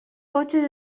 cotxes